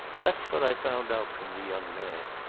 that's what i found out from the young man.